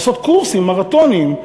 לעשות קורסים מרתוניים,